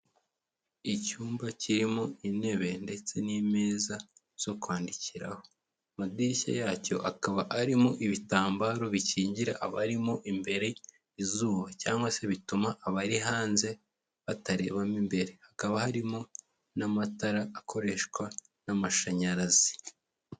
Icyumba kirimo intebe ndetse n'imeza zo kwandikiraho. Amadirishya yacyo akaba arimo ibitambaro bikingira abarimo imbere izuba cyangwa se bituma abari hanze batarebamo imbere. Hakaba harimo n'amatara akoreshwa n'amashanyarazi.